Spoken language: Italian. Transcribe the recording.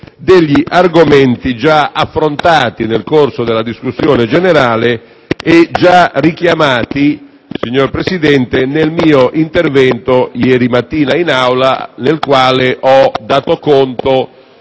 degli argomenti già affrontati nel corso della discussione generale e già richiamati, signor Presidente, nel mio intervento ieri mattina in Aula, nel quale ho dato conto